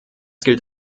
gilt